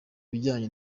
bijyanye